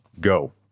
go